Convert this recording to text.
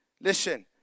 listen